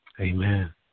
Amen